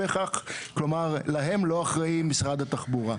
כלומר, להם משרד התחבורה לא אחראי.